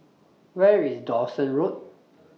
Where IS Dawson Road